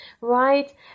right